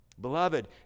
Beloved